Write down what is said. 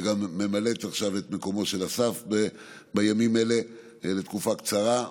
שגם ממלאת עכשיו את מקומו של אסף בימים אלה לתקופה קצרה,